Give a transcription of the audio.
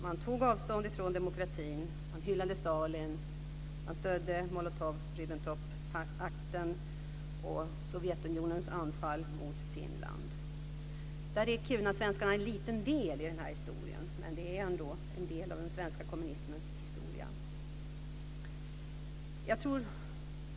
Man tog avstånd från demokratin. Man hyllade Stalin. Man stödde Molotov-Ribbentrop-pakten och Sovjetunionens anfall mot Finland. Kirunasvenskarna är en liten del i den historien. Det är ändå en del av den svenska kommunismens historia.